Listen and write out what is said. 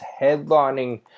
headlining